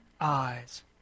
eyes